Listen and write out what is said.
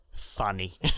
funny